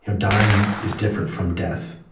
you know dying is different from death,